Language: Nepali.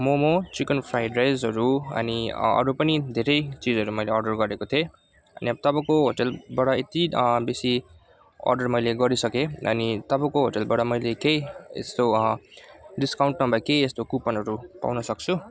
मोमो चिकन फ्राइड राइसहरू अनि अरू पनि धेरै चिजहरू मैले अर्डर गरेको थिएँ अनि अब तपाईँको होटेलबाट यति बेसी अर्डर मैले गरिसके अनि तपाईँको होटलबाट मैले त्यही यस्तो डिस्काउन्ट नभए केही यस्तो कुपनहरू पाउन सक्छु